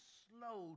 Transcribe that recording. slow